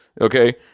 Okay